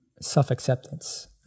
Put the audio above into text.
self-acceptance